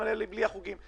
גם לאלה בלי החוגים.